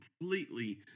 completely